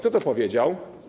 Kto to powiedział?